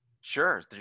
Sure